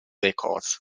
records